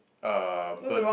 uh burnt